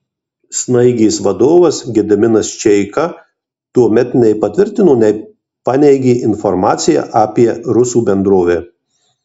snaigės vadovas gediminas čeika tuomet nei patvirtino nei paneigė informaciją apie rusų bendrovę